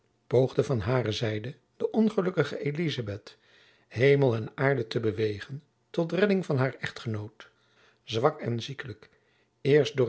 poogde van hare zijde de ongelukkige elizabeth hemel en aarde te bewegen tot redding van haar echtgenoot zwak en ziekelijk eerst door